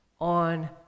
on